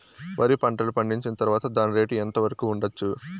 వరి పంటలు పండించిన తర్వాత దాని రేటు ఎంత వరకు ఉండచ్చు